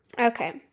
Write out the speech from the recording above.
okay